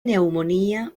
neumonía